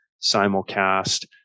simulcast